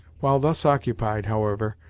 while thus occupied, however,